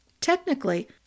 Technically